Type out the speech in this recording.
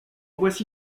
voici